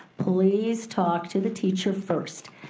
please talk to the teacher first.